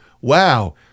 wow